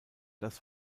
das